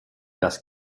dass